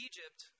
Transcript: Egypt